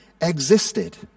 existed